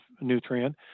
nutrient